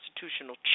constitutional